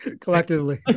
Collectively